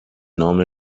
نام